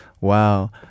Wow